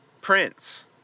prince